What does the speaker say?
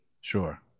Sure